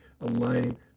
align